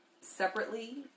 separately